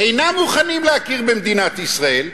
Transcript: אינם מוכנים להכיר במדינת ישראל,